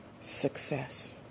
success